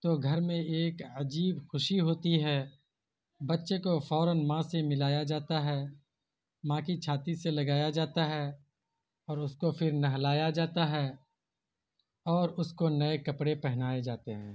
تو گھر میں ایک عجیب خوشی ہوتی ہے بچے کو فوراً ماں سے ملایا جاتا ہے ماں کی چھاتی سے لگایا جاتا ہے اور اس کو پھر نہلایا جاتا ہے اور اس کو نئے کپڑے پہنائے جاتے ہیں